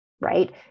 right